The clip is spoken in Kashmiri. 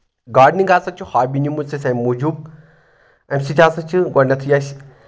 گاڈنِنٛگ ہسا چھِ ہابی نِمٕژ اَسہِ اَمہِ موٗجوٗب اَمہِ سۭتۍ ہسا چھِ گۄڈنؠتھٕے اَسہِ